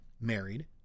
married